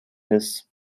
his